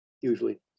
usually